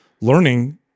learning